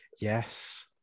yes